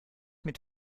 mit